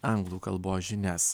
anglų kalbos žinias